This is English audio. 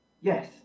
Yes